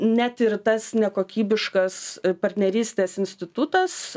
net ir tas nekokybiškas partnerystės institutas